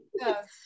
Yes